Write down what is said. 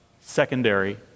secondary